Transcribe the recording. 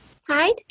side